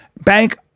Bank